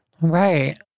Right